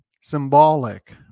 symbolic